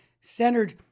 centered